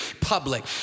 public